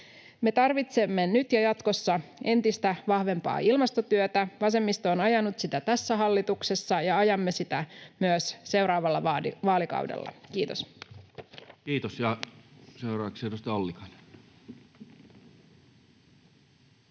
Me tarvitsemme nyt ja jatkossa entistä vahvempaa ilmastotyötä. Vasemmisto on ajanut sitä tässä hallituksessa, ja ajamme sitä myös seuraavalla vaalikaudella. — Kiitos. [Speech 117] Speaker: Toinen